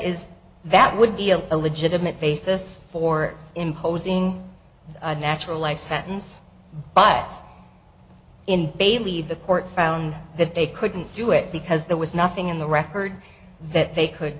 is that would be a legitimate basis for imposing a natural life sentence but in bailey the court found that they couldn't do it because there was nothing in the record that they could